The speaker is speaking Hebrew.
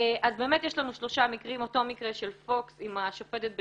אז באמת יש לנו שלושה מקרים אותו מקרה של פוקס עם השופטת בדימוס,